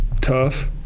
tough